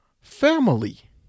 family